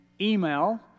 email